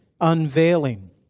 unveiling